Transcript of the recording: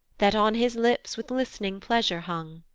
that on his lips with list'ning pleasure hung.